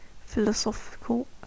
philosophical